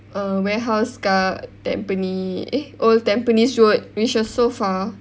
err warehouse kat Tampines eh old Tampines road which was so far